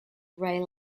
rail